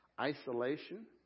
isolation